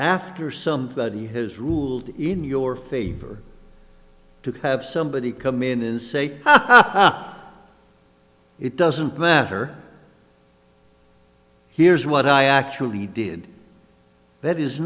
after some thirty has ruled in your favor to have somebody come in and say ah it doesn't matter here's what i actually did that is